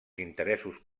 interessos